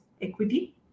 equity